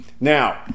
Now